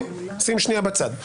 שים שנייה בצד.